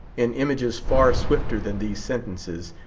in images far swifter than these sentences,